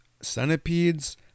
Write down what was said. centipedes